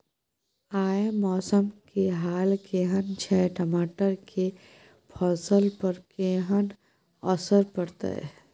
आय मौसम के हाल केहन छै टमाटर के फसल पर केहन असर परतै?